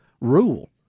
rule